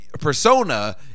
persona